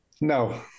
no